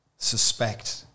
suspect